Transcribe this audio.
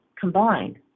combined